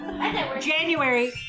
January